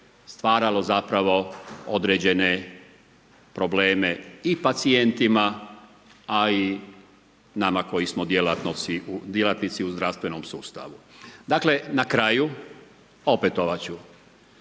stvaralo zapravo određene probleme i pacijentima a i nama koji smo djelatnici u zdravstvenom sustavu. Dakle, na kraju opetovat